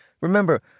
Remember